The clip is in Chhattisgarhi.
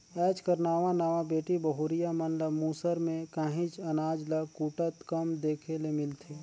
आएज कर नावा नावा बेटी बहुरिया मन ल मूसर में काहींच अनाज ल कूटत कम देखे ले मिलथे